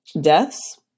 deaths